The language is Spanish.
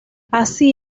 así